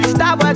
Stop